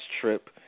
trip